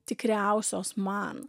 tikriausios man